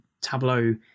tableau